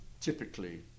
typically